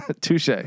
Touche